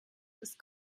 ist